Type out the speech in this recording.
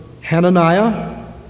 Hananiah